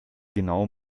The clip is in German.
genau